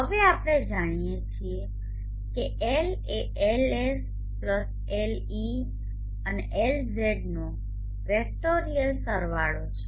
હવે આપણે જાણીએ છીએ કે એલ એ LsLE અને LZનો વેક્ટોરીઅલ સરવાળો છે